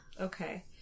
Okay